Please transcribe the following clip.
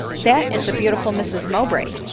that is the beautiful mrs mowbray,